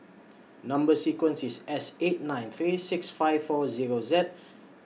Number sequence IS S eight nine three six five four Zero Z